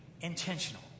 intentional